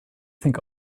think